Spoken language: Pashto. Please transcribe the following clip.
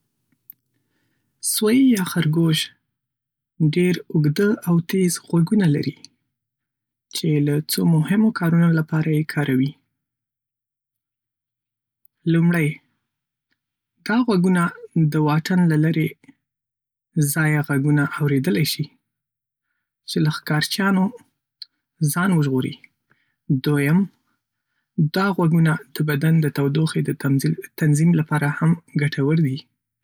سوی یا خرگوش ډېر اوږده او تېز غوږونه لري چې له څو مهمو کارونو لپاره یې کاروي. لومړی، دا غوږونه د واټن له لرې ځایه غږونه اورېدلی شي، چې له ښکارچیانو ځان وژغوري. دویم، دا غوږونه د بدن د تودوخې د تنظیم لپاره هم ګټور دي